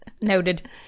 Noted